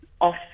off